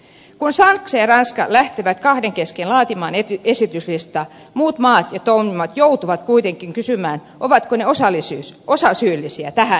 kun saksa ja ranska lähtevät kahden kesken laatimaan esityslistaa muut maat ja toimijat joutuvat kuitenkin kysymään ovatko ne osasyyllisiä tähän